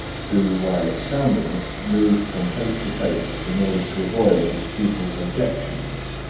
who, while expounding it, moved from place to place in order to avoid his pupil's objections.